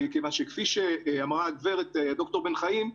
כפי שאמרה דוקטור בן חיים,